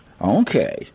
Okay